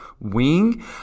wing